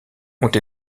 ont